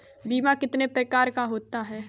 बीमा कितने प्रकार का होता है?